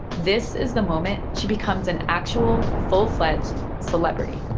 this is the moment she becomes an actual, full-fledged celebrity